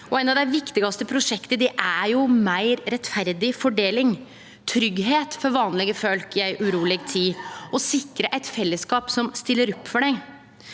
Eit av dei viktigaste prosjekta er meir rettferdig fordeling, tryggleik for vanlege folk i ei uroleg tid og å sikre eit fellesskap som stiller opp for dei.